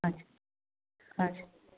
અચ્છા અચ્છ